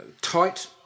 tight